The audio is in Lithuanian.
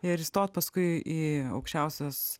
ir įstot paskui į aukščiausios